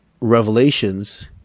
revelations